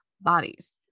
bodies